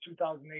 2008